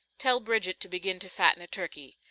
tell bridget to begin to fatten a turkey.